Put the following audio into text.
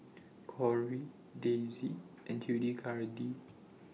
Kory Daisy and Hildegarde